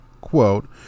quote